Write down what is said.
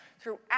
throughout